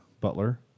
Butler